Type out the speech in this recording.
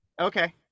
Okay